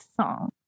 song